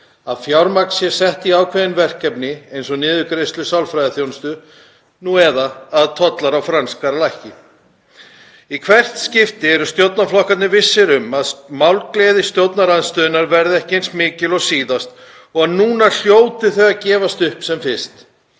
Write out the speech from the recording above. að fjármagn sé sett í ákveðin verkefni eins og niðurgreiðslu sálfræðiþjónustu, nú eða að tollar á franskar lækki. Í hvert skipti eru stjórnarflokkarnir vissir um að málgleði stjórnarandstöðunnar verði ekki eins mikil og síðast og núna hljóti þau að gefast upp sem fyrst,